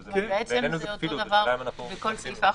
הם התחילו לעבוד לפי --- יעקב,